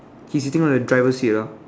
he's sitting on the driver seat ah